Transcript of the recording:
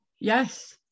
yes